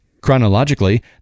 Chronologically